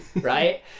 right